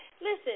listen